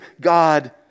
God